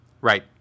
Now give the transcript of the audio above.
Right